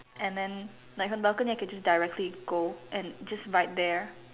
and then like from the balcony I can just directly go and just right there